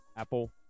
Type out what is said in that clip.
Apple